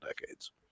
decades